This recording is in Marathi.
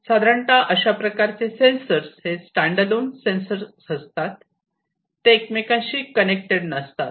साधारणता अशाप्रकारचे सेन्सर्स हे स्टँडअलोन सेन्सर्स असतात ते एकमेकांशी कनेक्टेड नसतात